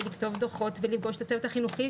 ולכתוב דוחות ולפגוש את הצוות החינוכי